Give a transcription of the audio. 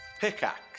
Pickaxe